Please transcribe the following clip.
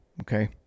Okay